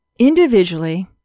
Individually